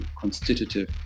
constitutive